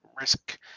risk